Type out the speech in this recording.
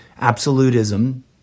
absolutism